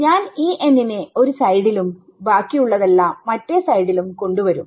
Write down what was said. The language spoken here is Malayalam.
ഞാൻ നെ ഒരുസൈഡിലുംബാക്കിയുള്ളതെല്ലാം മറ്റേ സൈഡിലുംകൊണ്ട് വരും